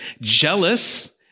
jealous